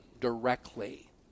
directly